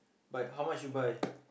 like how much you buy